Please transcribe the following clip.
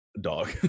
dog